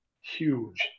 Huge